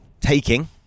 taking